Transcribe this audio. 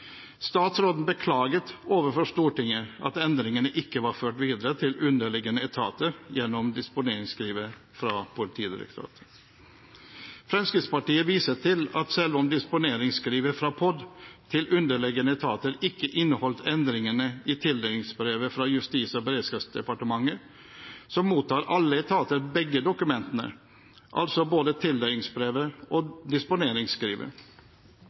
Statsråden beklaget overfor Stortinget at endringene ikke var ført videre til underliggende etater gjennom disponeringsskrivet fra Politidirektoratet. Fremskrittspartiet viser til at selv om disponeringsskrivet fra POD til de underliggende etater ikke inneholdt endringene i tildelingsbrevet fra Justis- og beredskapsdepartementet, mottar alle etater begge dokumentene, altså både tildelingsbrevet og disponeringsskrivet.